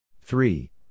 Three